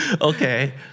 Okay